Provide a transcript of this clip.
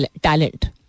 talent